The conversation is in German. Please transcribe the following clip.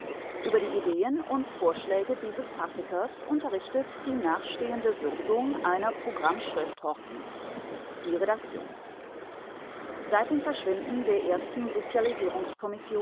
über die ideen und vorschläge dieses praktikers unterrichtet die nachstehende würdigung einer programmschrift hortens die redaktion seit dem verschwinden der ersten